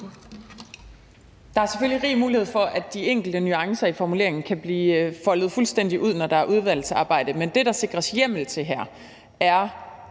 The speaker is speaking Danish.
Der er selvfølgelig rig mulighed for, at de enkelte nuancer i formuleringen kan blive foldet fuldstændig ud, når der er udvalgsarbejde, men det, der sikres hjemmel til her, er